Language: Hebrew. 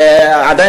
המקרה עדיין